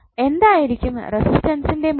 എന്തായിരിക്കും റസ്റ്റൻറ്സ്ൻറെ മൂല്യം